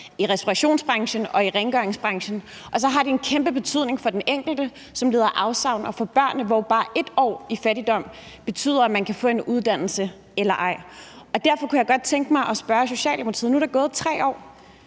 i restaurationsbranchen og i rengøringsbranchen. Og så har det en kæmpe betydning for den enkelte, som lider afsavn, og for børnene, hvor bare et år i fattigdom har en betydning for, om man kan få en uddannelse eller ej. Derfor kunne jeg godt tænke mig at spørge Socialdemokratiet, i forhold til at